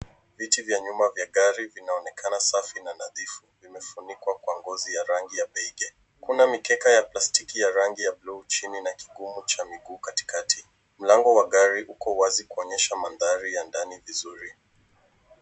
Viti vya nyuma vya gari vinaonekana safi na nadhifu . Vimefunikwa kwa ngozi ya rangi ya beige . Kuna mikeka ya plastiki ya rangi ya blue chini na kigumu cha mguu katikati. Mlango wa gari uko wazi kuonyesha mandhari ya ndani vizuri.